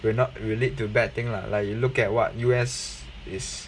will not relate to bad thing lah like you look at what U_S is